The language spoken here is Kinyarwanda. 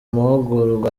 mahugurwa